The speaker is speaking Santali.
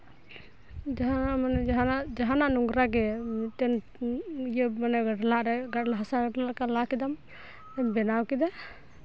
ᱡᱟᱦᱟᱸ ᱢᱟᱱᱮ ᱡᱟᱦᱟᱱᱟᱜ ᱡᱟᱦᱟᱱᱟᱜ ᱱᱳᱝᱨᱟᱜᱮ ᱢᱤᱫᱴᱮᱱ ᱤᱭᱟᱹ ᱢᱟᱱᱮ ᱜᱟᱰᱞᱟ ᱨᱮ ᱦᱟᱥᱟ ᱞᱮᱠᱟ ᱞᱟ ᱠᱮᱫᱟᱢ ᱟᱨᱮᱢ ᱵᱮᱱᱟᱣ ᱠᱮᱫᱟ